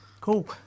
Cool